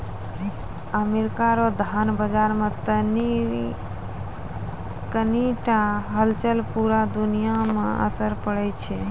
America रो धन बाजार मे कनी टा हलचल पूरा दुनिया मे असर छोड़ै छै